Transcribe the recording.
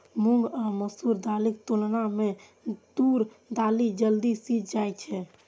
मूंग आ मसूर दालिक तुलना मे तूर दालि जल्दी सीझ जाइ छै